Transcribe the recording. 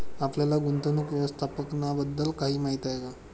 आपल्याला गुंतवणूक व्यवस्थापनाबद्दल काही माहिती आहे का?